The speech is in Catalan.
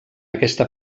aquesta